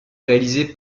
réalisé